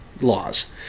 laws